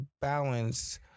balance